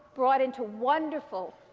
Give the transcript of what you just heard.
brought into wonderful,